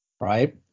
right